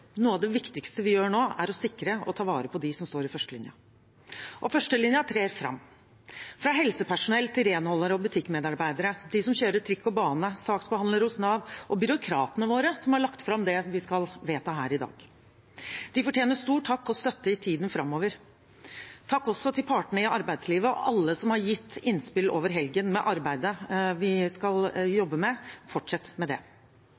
Noe av det viktigste vi gjør nå, er å sikre og ta vare på dem som står i førstelinjen. Førstelinjen trer fram – fra helsepersonell til renholdere og butikkmedarbeidere, de som kjører trikk og bane, saksbehandlere hos Nav og byråkratene våre som har lagt fram det vi skal vedta her i dag. De fortjener stor takk og støtte i tiden framover. Takk også til partene i arbeidslivet og alle som har gitt innspill i helgen til arbeidet vi skal jobbe med. – Fortsett med det!